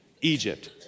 Egypt